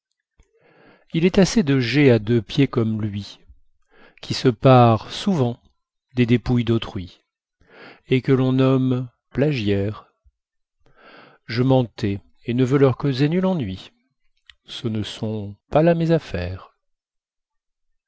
il est assez de geais à deux pieds comme lui qui se parent souvent des dépouilles d'autrui et que l'on nomme plagiaires je m'en tais et ne veux leur causer nul ennui ce ne sont pas là mes affaires